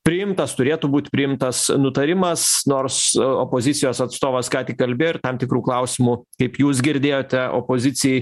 priimtas turėtų būt priimtas nutarimas nors opozicijos atstovas ką tik kalbėjo ir tam tikrų klausimų kaip jūs girdėjote opozicijai